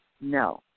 No